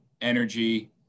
energy